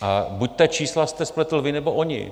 A buď ta čísla jste spletl vy, nebo oni.